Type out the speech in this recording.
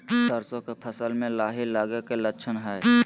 सरसों के फसल में लाही लगे कि लक्षण हय?